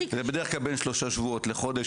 זה בדרך כלל בין שלושה שבועות לחודש.